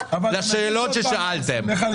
התשובות לשאלות ששאלו חברי הכנסת.